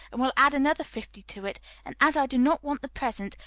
and will add another fifty to it and as i do not want the present,